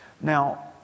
Now